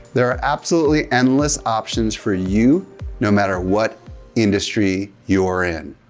there are absolutely endless options for you no matter what industry you're in.